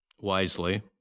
wisely